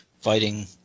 fighting